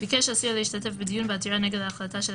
25א.ביקש אסיר להשתתף בדיון בעתירה נגד החלטה של